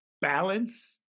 balance